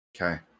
Okay